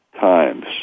times